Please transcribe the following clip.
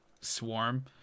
swarm